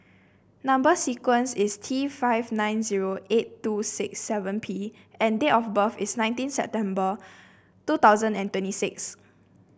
number sequence is T five nine zero eight two six seven P and date of birth is nineteen September two thousand and twenty six